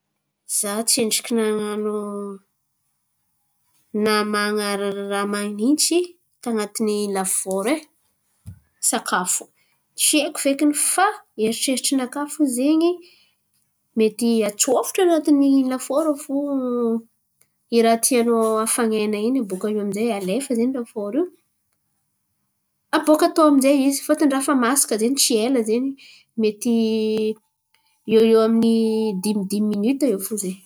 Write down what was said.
Za tsy endriky nan̈ano na man̈ary raha man̈intsy tan̈atiny lafôro e sakafo. Tsy haiko fekiny fa eritreritrinakà fo zen̈y mety atsôfotro an̈atiny lafôro ao fo i raha tianao afan̈aina iny bôka io aminjay alefa zen̈y lafôro io. Aboaka tao aminjay izy fôtony raha efa masaka zen̈y tsy ela zen̈y mety iô iô amin'ny dimy dimy minity iô fo zen̈y.